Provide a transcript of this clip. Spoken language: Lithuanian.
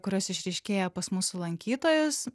kurios išryškėja pas mūsų lankytojus